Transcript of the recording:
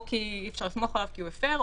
או כי אי-אפשר לסמוך עליו כי הוא הפר,